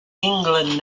england